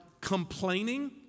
complaining